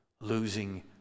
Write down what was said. losing